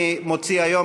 אני מוציא היום,